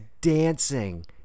dancing